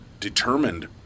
determined